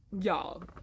y'all